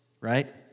right